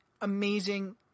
amazing